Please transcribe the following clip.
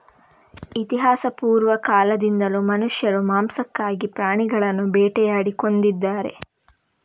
ಇತಿಹಾಸಪೂರ್ವ ಕಾಲದಿಂದಲೂ ಮನುಷ್ಯರು ಮಾಂಸಕ್ಕಾಗಿ ಪ್ರಾಣಿಗಳನ್ನು ಬೇಟೆಯಾಡಿ ಕೊಂದಿದ್ದಾರೆ